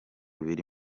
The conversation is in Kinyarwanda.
biri